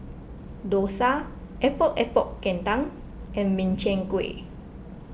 Dosa Epok Epok Kentang and Min Chiang Kueh